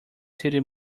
city